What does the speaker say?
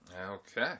Okay